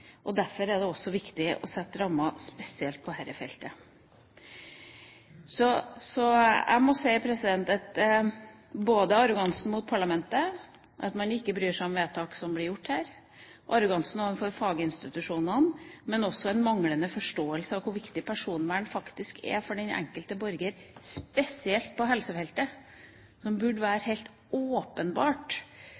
og derfor er det også viktig å sette rammer spesielt på dette feltet. Jeg må si at arrogansen overfor parlamentet, at man ikke bryr seg om vedtak som blir gjort her, arrogansen overfor faginstitusjonene, og også den manglende forståelsen av hvor viktig personvern faktisk er for den enkelte borger, spesielt på helsefeltet, helt åpenbart burde være